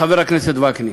חבר הכנסת וקנין.